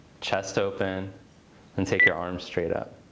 chest open and take your arms straight up.